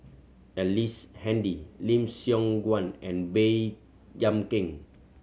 Ellice Handy Lim Siong Guan and Baey Yam Keng